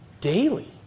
daily